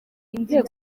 iby’u